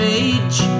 age